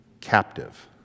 Captive